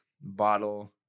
bottle